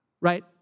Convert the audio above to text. Right